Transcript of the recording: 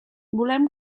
volem